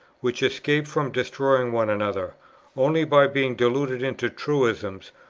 which escape from destroying one another only by being diluted into truisms,